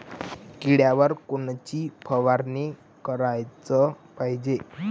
किड्याइवर कोनची फवारनी कराच पायजे?